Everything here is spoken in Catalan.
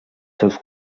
seus